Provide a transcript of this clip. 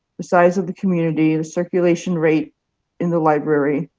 the size of the community, the circulation rate in the library,